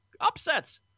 Upsets